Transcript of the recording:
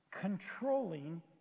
controlling